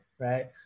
right